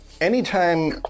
anytime